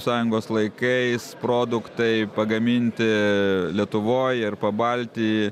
sąjungos laikais produktai pagaminti lietuvoj ir pabalty